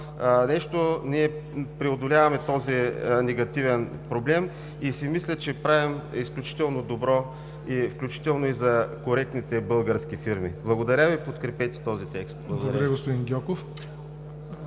ние преодоляваме този негативен проблем и си мисля, че правим изключително добро, включително и за коректните български фирми. Подкрепете този текст!